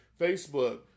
Facebook